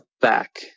back